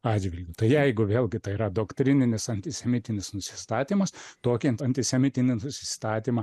atžvilgiu tai jeigu vėlgi tai yra doktrininis antisemitinis nusistatymas tokį antisemitiniams nusistatymą